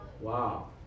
Wow